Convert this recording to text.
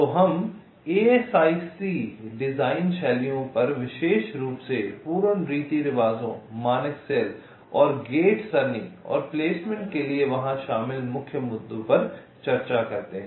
तो हम ASIC design शैलियों पर विशेष रूप से पूर्ण रीति रिवाजों मानक सेल और गेट सरणी और प्लेसमेंट के लिए वहां शामिल मुख्य मुद्दों पर चर्चा करते हैं